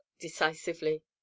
decisively